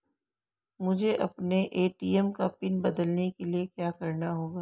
मुझे अपने ए.टी.एम का पिन बदलने के लिए क्या करना होगा?